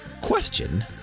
Question